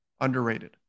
underrated